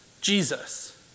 Jesus